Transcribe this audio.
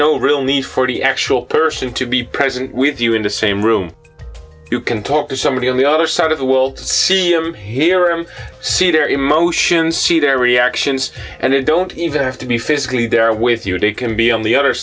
no real need forty actual person to be present with you in the same room you can talk to somebody on the other side of the will see him hear him see their emotions see their reactions and it don't even have to be physically there with you they can be on the other